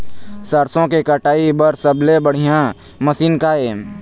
सरसों के कटाई बर सबले बढ़िया मशीन का ये?